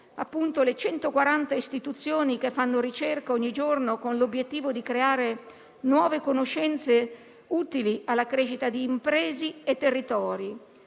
istituzioni che fanno ricerca ogni giorno con l'obiettivo di creare nuove conoscenze utili alla crescita di imprese e territori,